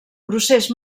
procés